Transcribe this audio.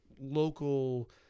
local